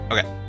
Okay